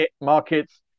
markets